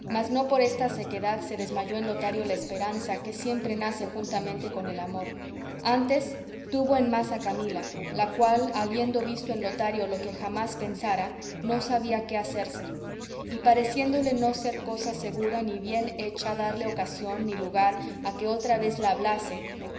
no por esta sequedad se desmayó en lotario la esperanza que siempre nace juntamente con el amor antes tuvo en más a camila la cual habiendo visto en lotario lo que jamás pensara no sabía qué hacerse y pareciéndole no ser cosa segura ni bien hecha darle ocasión ni lugar a que otra vez la hablase